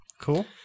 Cool